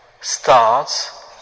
starts